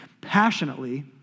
passionately